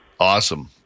Awesome